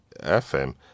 FM